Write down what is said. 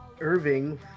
Irving